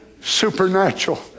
supernatural